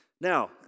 Now